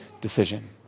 decision